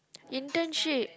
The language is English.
internship